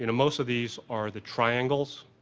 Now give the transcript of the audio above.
and most of these are the triangles,